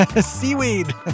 Seaweed